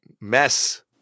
mess